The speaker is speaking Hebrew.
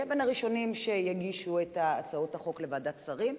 יהיה בין הראשונים שיגישו את הצעות החוק לוועדת שרים,